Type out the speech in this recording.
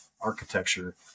architecture